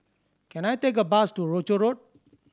can I take a bus to Rochor Road